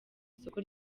isoko